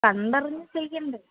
കണ്ടറിഞ്ഞു ചെയ്യണ്ടേ